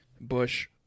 Bush